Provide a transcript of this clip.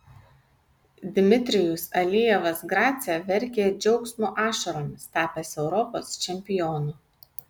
dmitrijus alijevas grace verkė džiaugsmo ašaromis tapęs europos čempionu